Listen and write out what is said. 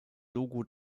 logo